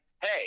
hey